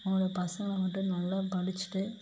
அவங்களோட பசங்களை வந்துட்டு நல்லா படிச்சிவிட்டு